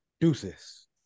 deuces